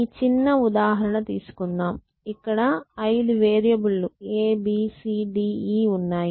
ఈ చిన్న ఉదాహరణ తీసుకుందాం ఇక్కడ 5 వేరియబుల్ లు a b c d e ఉన్నాయి